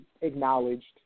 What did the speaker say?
acknowledged